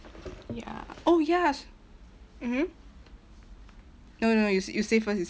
ya oh ya s~ mmhmm no no you s~ you say first you